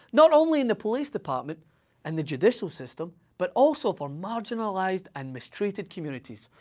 not only in the police department and the judicial system, but also for marginalized and mistreated communities.